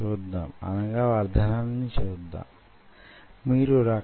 మరల వెనక్కి వెళుతుంది మళ్ళీ వంగుతుంది